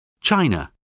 China